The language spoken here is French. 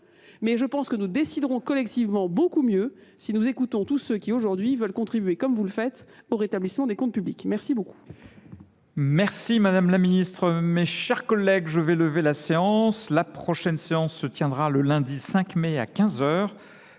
Mais je pense que nous déciderons collectivement beaucoup mieux si nous écoutons tous ceux qui, aujourd'hui, veulent contribuer, comme vous le faites, au rétablissement des comptes publics. Merci beaucoup.